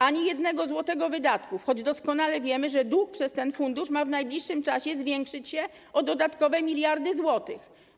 Ani jednego złotego wydatków, choć doskonale wiemy, że dług przez ten fundusz ma w najbliższym czasie zwiększyć się o dodatkowe miliardy złotych.